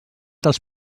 dels